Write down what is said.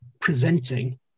presenting